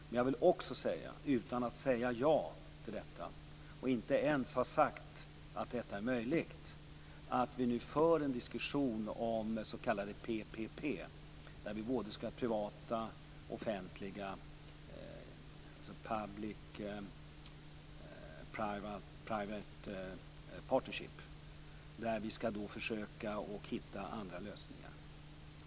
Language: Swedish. Men jag vill också säga - utan att säga ja till detta eller ens ha sagt att det är möjligt - att vi nu för en diskussion om s.k. PPP, public private partnership. Där skall vi försöka hitta andra lösningar.